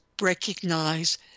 recognize